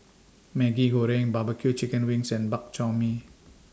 Maggi Goreng Barbecue Chicken Wings and Bak Chor Mee